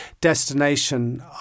destination